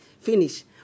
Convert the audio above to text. finish